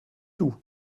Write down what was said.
tout